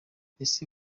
ese